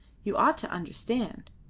you ought to understand.